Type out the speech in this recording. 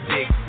Big